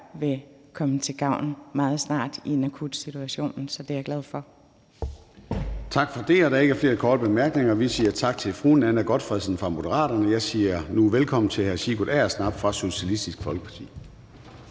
vil komme til gavn meget snart i en akutsituation, så det er jeg glad for. Kl. 14:23 Formanden (Søren Gade): Der er ikke flere korte bemærkninger, og vi siger tak til fru Nanna W. Gotfredsen fra Moderaterne. Og jeg siger nu velkommen til hr. Sigurd Agersnap fra Socialistisk Folkeparti.